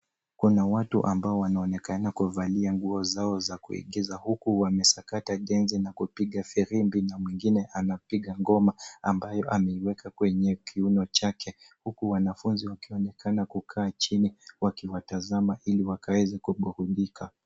Kuna watu ambao wanaonekana kuvalia nguo zao za kuegeza uku wamesakata genje na kupiga virimbi na mwingine anapiga ngoma ambayo ameinuka kwenye kiuno chake uku wanafuzi wakionekana kukaa chini wakiwatazama ili wakaeze kuburudika.